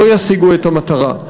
לא ישיגו את המטרה.